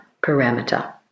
parameter